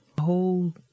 whole